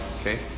okay